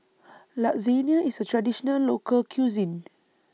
Lasagne IS A Traditional Local Cuisine